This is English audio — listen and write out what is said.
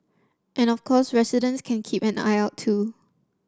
and of course residents can keep an eye out too